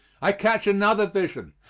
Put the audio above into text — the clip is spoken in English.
i catch another vision.